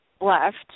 left